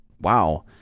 wow